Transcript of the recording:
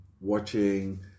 watching